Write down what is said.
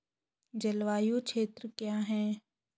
जलवायु क्षेत्र क्या है?